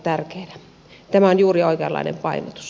tämä on juuri oikeanlainen painotus